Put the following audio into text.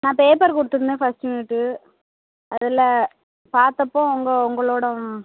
நான் பேப்பர் கொடுத்துருந்தேன் first unit அதில் பார்த்தப்போ அவங்க உங்களோட